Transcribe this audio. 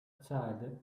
child